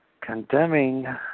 condemning